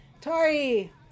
Tari